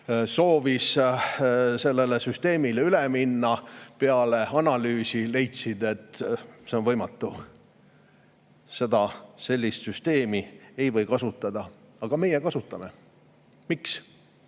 soovis e‑valimiste süsteemile üle minna, peale analüüsi leidis, et see on võimatu, sellist süsteemi ei või kasutada. Aga meie kasutame. Miks?